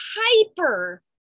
hyper